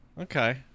Okay